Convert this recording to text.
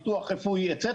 ביטוח רפואי וכו',